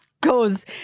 goes